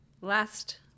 Last